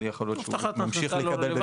אבל יכול להיות שהוא ממשיך לקבל בביטוח לאומי.